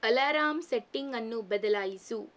alarm ಸೆಟ್ಟಿಂಗನ್ನು ಬದಲಾಯಿಸು